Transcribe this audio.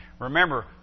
Remember